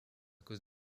cause